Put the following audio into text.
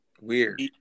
weird